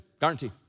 guarantee